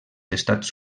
estats